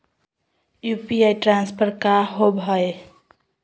UPI transfer का होव हई?